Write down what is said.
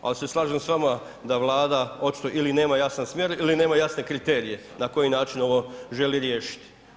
Ali se slažem sa vama da Vlada očito ili nema jasan smjer ili nema jasne kriterije na koji način želi ovo riješiti.